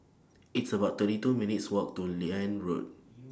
It's about thirty two minutes' Walk to Liane Road